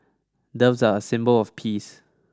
doves are a symbol of peace